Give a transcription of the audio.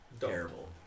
terrible